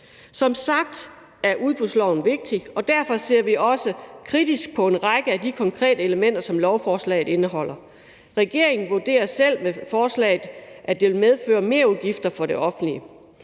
Som sagt er udbudsloven vigtig, og derfor ser vi også kritisk på en række af de konkrete elementer, som lovforslaget indeholder. Regeringen vurderer, at forslaget vil medføre merudgifter for det offentlige.